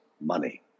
money